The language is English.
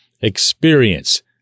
experience